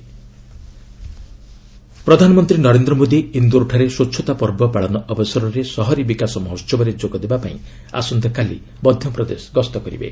PM ସ୍ୱଚ୍ଚତା ପର୍ବ ପ୍ରଧାନମନ୍ତ୍ରୀ ନରେନ୍ଦ୍ର ମୋଦି ଇନ୍ଦୋରଠାରେ ସ୍ୱଚ୍ଚତା ପର୍ବ ପାଳନ ଅବସରରେ ସହରୀ ବିକାଶ ମହୋହବରେ ଯୋଗ ଦେବା ପାଇଁ ଆସନ୍ତାକାଲି ମଧ୍ୟପ୍ରଦେଶ ଗସ୍ତ କରିବେ